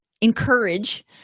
encourage